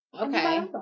Okay